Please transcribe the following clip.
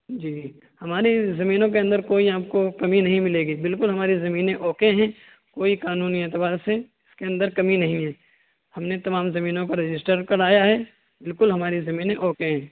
جی ہماری زمینوں کے اندر کوئی آپ کو کمی نہیں ملے گی بالکل ہماری زمینیں اوکے ہیں کوئی قانونی اعتبار سے اس کے اندر کمی نہیں ہے ہم نے تمام زمینوں کو رجسٹر کرایا ہے بالکل ہماری زمینیں اوکے ہیں